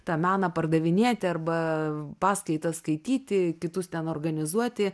tą meną pardavinėti arba paskaitas skaityti kitus ten organizuoti